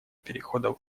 перехода